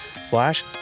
slash